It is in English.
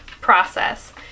process